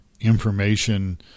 information